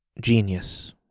Genius